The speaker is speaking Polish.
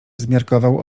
zmiarkował